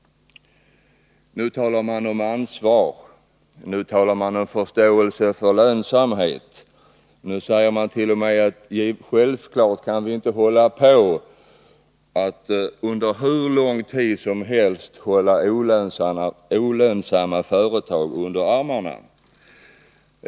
Nu talar man om ansvar och om förståelse för lönsamhet. Nu säger man t.o.m. att vi självfallet inte under hur lång tid som helst kan hålla olönsamma företag under armarna.